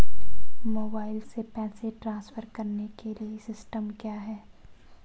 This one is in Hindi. मोबाइल से पैसे ट्रांसफर करने के लिए सिस्टम क्या है?